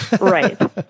Right